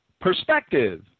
perspective